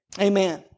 Amen